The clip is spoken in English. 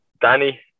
Danny